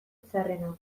txarrena